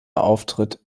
auftritt